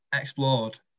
explored